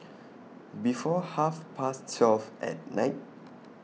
before Half Past twelve At Night